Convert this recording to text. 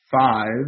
five